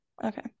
Okay